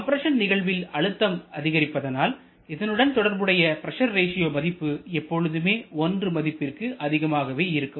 compression நிகழ்வில் அழுத்தம் அதிகரிப்பதனால் இதனுடன் தொடர்புடைய பிரஷர் ரேசியோ மதிப்பு எப்பொழுதுமே 1 மதிப்பிற்கு அதிகமாகவே இருக்கும்